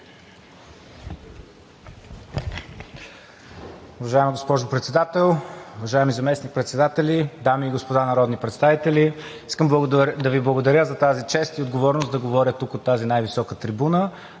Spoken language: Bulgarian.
Уважаема госпожо Председател, уважаеми заместник-председатели, дами и господа народни представители! Искам да Ви благодаря за тази чест и отговорност да говоря тук от тази най-висока трибуна,